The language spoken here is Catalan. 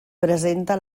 presenta